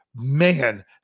man